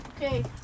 Okay